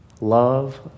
Love